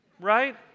right